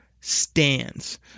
stands